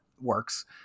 works